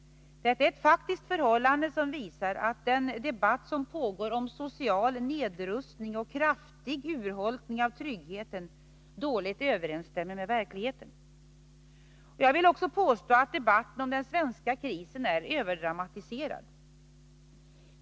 Detta är ett faktiskt förhållande som visar att den debatt som pågår om social nedrustning och kraftig urholkning av tryggheten dåligt överensstämmer med verkligheten. Jag vill bestämt påstå att debatten om den svenska krisen är överdramatiserad.